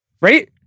right